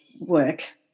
work